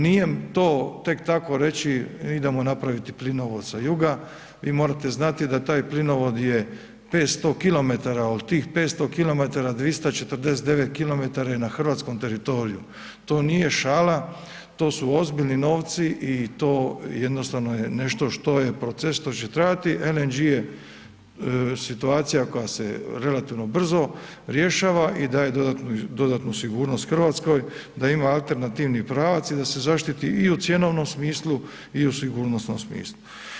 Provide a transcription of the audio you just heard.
Nije to tek tako reći idemo napraviti plinovod sa juga, vi morate znati da taj plinovod je 500 km, od tih 500 km, 249 km je na hrvatskog teritoriju, to nije šala, to su ozbiljni novci i to jednostavno je nešto što je proces koji će trajati, LNG je situacija koja se relativno brzo rješava i daje dodatnu sigurnost Hrvatskoj da ima alternativni pravac i da se zaštititi u cjenovnom smislu i u sigurnosnom smislu.